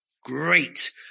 great